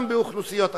גם באוכלוסיות אחרות,